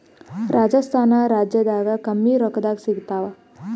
ರಾಜಸ್ಥಾನ ರಾಜ್ಯದಾಗ ಕಮ್ಮಿ ರೊಕ್ಕದಾಗ ಸಿಗತ್ತಾವಾ?